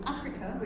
Africa